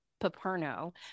Paperno